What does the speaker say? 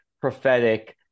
prophetic